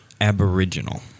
Aboriginal